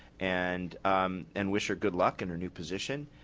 and and wish her good luck in her new position.